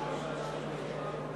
ההסתייגות של קבוצת סיעת העבודה,